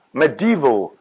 medieval